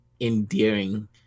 endearing